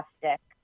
fantastic